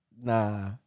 Nah